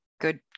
good